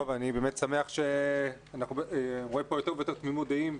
אני באמת שמח שאני רואה פה יותר ויותר תמימות דעים.